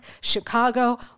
Chicago